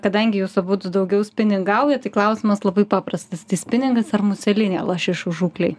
kadangi jūs abudu daugiau spiningaujat tai klausimas labai paprastas spiningas ar muselinė lašišų žūklei